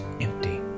empty